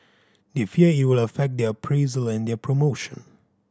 they fear it will affect their appraisal and their promotion